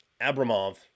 Abramov